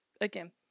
again